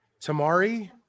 tamari